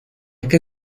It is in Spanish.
que